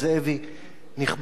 נכבדי כולם,